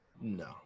no